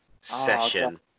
session